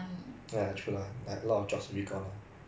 quite difficult lah err